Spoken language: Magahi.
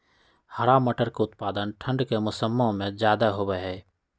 हरा मटर के उत्पादन ठंढ़ के मौसम्मा में ज्यादा होबा हई